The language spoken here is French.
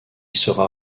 sera